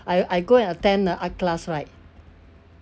I I go and attend a art class right